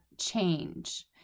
change